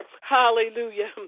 Hallelujah